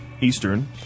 Eastern